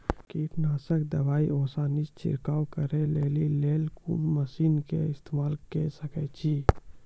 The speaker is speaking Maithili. कीटनासक दवाई आसानीसॅ छिड़काव करै लेली लेल कून मसीनऽक इस्तेमाल के सकै छी?